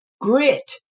grit